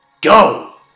go